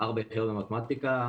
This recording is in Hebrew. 4 יחידות במתמטיקה,